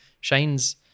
shane's